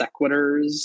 sequiturs